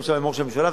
גם עם ראש הממשלה,